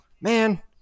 man